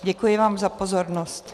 Děkuji vám za pozornost.